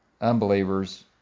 unbelievers